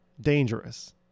dangerous